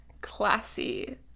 classy